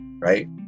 right